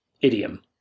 idiom